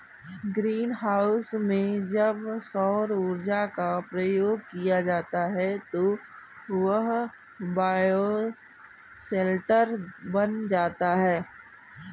green house में जब सौर ऊर्जा का प्रयोग किया जाता है तो वह बायोशेल्टर बन जाता है